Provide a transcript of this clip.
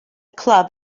club